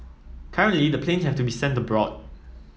currently the planes have to be sent abroad